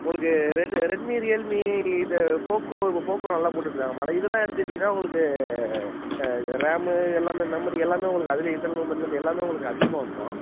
உங்களுக்கு red Redmi Realme இது Poco இப்போ போக்கோ நல்லா போட்டுட்ருக்காங்க மாடல் இதெல்லாம் எடுத்துக்கிட்டிங்கன்னா உங்களுக்கு இது ரேமு எல்லாம் மெமரி எல்லாம் உங்களுக்கு அதில் இன்ட்டர்னல் மெமரிலேருந்து எல்லாம் உங்களுக்கு அதிகமாக வந்துடும்